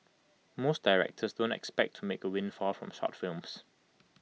most directors don't expect to make A windfall from short films